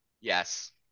yes